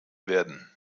werden